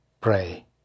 pray